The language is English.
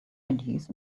ideas